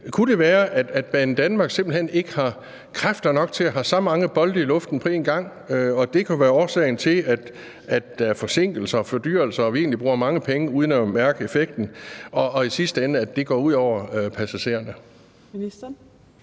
Kunne det være, at Banedanmark simpelt hen ikke har kræfter nok til at have så mange bolde i luften på en gang, og at det kan være årsagen til, at der er forsinkelser og fordyrelser, og at vi egentlig bruger mange penge uden at mærke effekten, og at det i sidste ende går ud over passagererne?